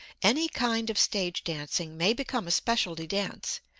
any kind of stage dancing may become a specialty dance.